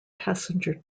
passenger